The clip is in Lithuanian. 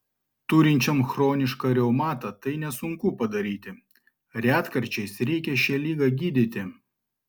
turinčiam chronišką reumatą tai nesunku padaryti retkarčiais reikia šią ligą gydyti